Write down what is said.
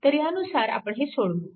तर ह्यानुसार आपण हे सोडवू